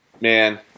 man